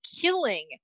killing